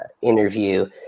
interview